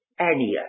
ania